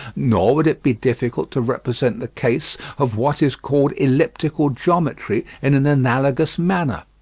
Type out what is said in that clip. nor would it be difficult to represent the case of what is called elliptical geometry in an analogous manner.